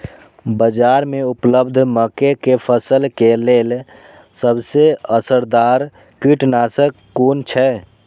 बाज़ार में उपलब्ध मके के फसल के लेल सबसे असरदार कीटनाशक कुन छै?